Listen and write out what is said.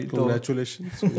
Congratulations